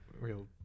real